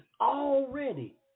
already